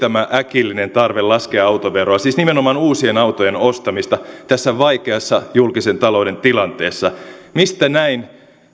äkillinen tarve laskea autoveroa siis nimenomaan uusien autojen ostamisesta tässä vaikeassa julkisen talouden tilanteessa mistä näin